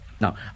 Now